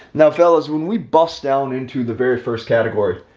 now, fellas, when we bust down into the very first category,